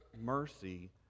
mercy